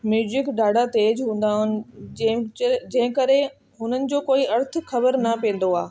music ॾाढा तेज हूंदानि जंहिं जंहिं करे उन्हनि जो कोई अर्थ ख़बर न पवंदो आहे